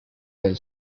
del